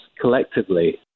collectively